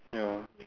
ya